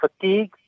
fatigue